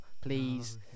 Please